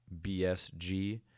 BSG